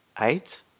eight